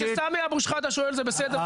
כשסמי אבו שחאדה שואל זה בסדר,